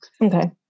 Okay